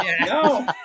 No